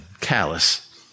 callous